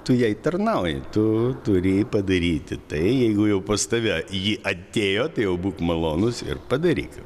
tu jai tarnauji tu turi padaryti tai jeigu jau pas tave ji atėjo tai jau būk malonus ir padaryk